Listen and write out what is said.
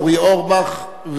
אורי אורבך,